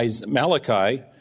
Malachi